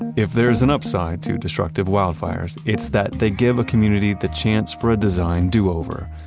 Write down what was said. and if there's an upside to destructive wildfires, it's that they give a community the chance for a design do over.